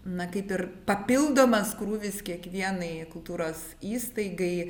na kaip ir papildomas krūvis kiekvienai kultūros įstaigai